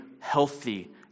healthy